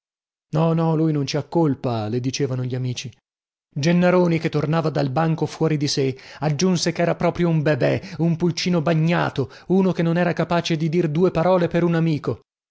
no no lui non ci ha colpa le dicevano gli amici gennaroni che tornava dal banco fuori di sè aggiunse chera proprio un bebè un pulcino bagnato uno che non era capace di dire due parole per un amico